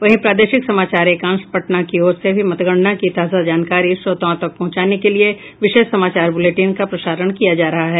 वहीं प्रादेशिक समाचार एकांश पटना की ओर से भी मतगणना की ताजा जानकारी श्रोताओं तक पहुंचाने के लिये विशेष समाचार बुलेटिन का प्रसारण किया किया जा रहा है